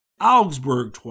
Augsburg